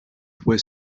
fue